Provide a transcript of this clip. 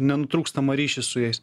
nenutrūkstamą ryšį su jais